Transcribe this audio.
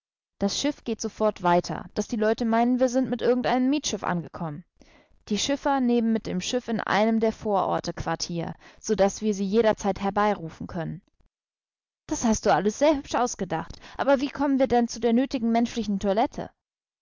das schiff geht sofort weiter daß die leute meinen wir sind mit irgendeinem mietschiff angekommen die schiffer nehmen mit dem schiff in einem der vororte quartier so daß wir sie jederzeit herbeirufen können das hast du alles sehr hübsch ausgedacht aber wie kommen wir denn zu der nötigen menschlichen toilette